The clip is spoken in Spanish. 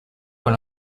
con